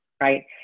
right